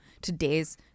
today's